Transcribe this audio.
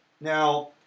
Now